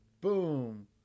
Boom